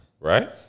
Right